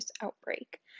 outbreak